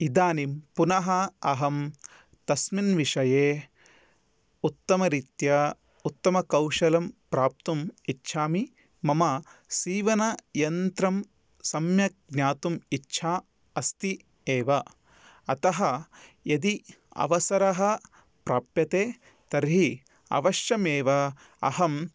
इदानीं पुनः अहं तस्मिन् विषये उत्तमरीत्या उत्तमकौशलं प्राप्तुम् इच्छामि मम सीवनयन्त्रं सम्यक् ज्ञातुम् इच्छा अस्ति एव अतः यदि अवसरः प्राप्यते तर्हि अवश्यमेव अहम्